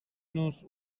nos